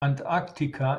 antarktika